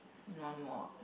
one more ah